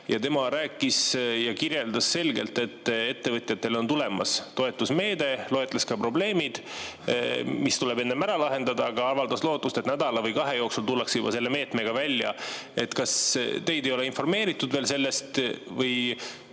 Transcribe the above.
Tema rääkis ja kirjeldas selgelt, et ettevõtjatele on tulemas toetusmeede. Ta loetles ka probleemid, mis tuleb enne ära lahendada, aga avaldas lootust, et nädala või kahe jooksul tullakse selle meetmega välja. Kas teid ei ole informeeritud sellest või